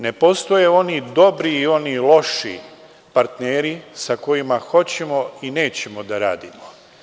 Ne postoje oni dobri i oni loši partneri sa kojima hoćemo i nećemo da radimo.